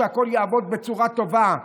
שהכול יעבוד בצורה טובה,